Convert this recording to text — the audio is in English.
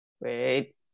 wait